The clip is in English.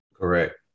Correct